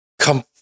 come